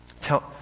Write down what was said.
Tell